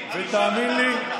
ותאמין לי,